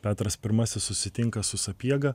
petras pirmasis susitinka su sapiega